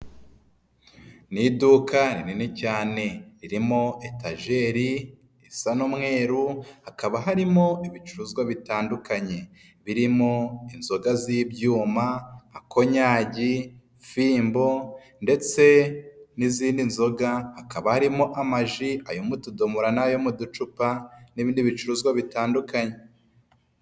ni iduka rinini cyane ririmo etaJeri isa n'umweru hakaba harimo' ibicuruzwa bitandukanye birimo inzoga z'ibyuma, nka konyagi, fimbo ndetse n'izindi nzoga, hakaba harimo amaji ayo motudomora, ayo mu ducupa n'ibindi bicuruzwa bitandukanye.